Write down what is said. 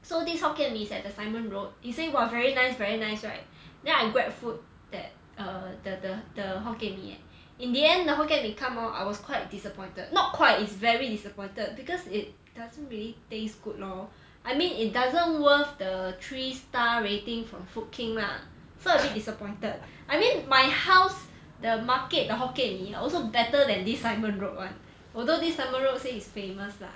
so this hokkien mee is at the simon road they say !wah! very nice very nice right then I GrabFood that err the the the hokkien mee eh in the end the hokkien mee come hor I was quite disappointed not quite is very disappointed because it doesn't really taste good lor I mean it doesn't worth the three star rating from food king lah so I a bit disappointed I mean my house the market the hokkien mee also better than this simon road [one] although this simon road say is famous lah